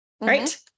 Right